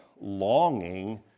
longing